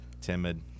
timid